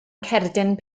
cerdyn